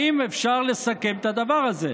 האם אפשר לסכם את הדבר הזה?